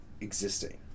existing